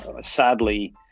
Sadly